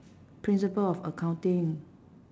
principle of accounting